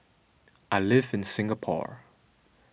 I live in Singapore